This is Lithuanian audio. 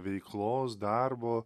veiklos darbo